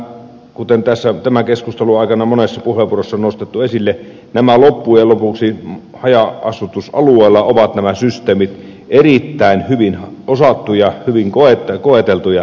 ensinnäkin kuten tämän keskustelun aikana monessa puheenvuorossa on nostettu esille loppujen lopuksi haja asutusalueilla nämä systeemit ovat erittäin hyvin osattuja hyvin koeteltuja